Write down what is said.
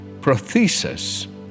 Prothesis